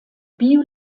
bio